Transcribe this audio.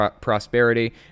prosperity